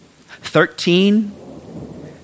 Thirteen